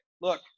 look